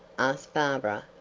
asked barbara,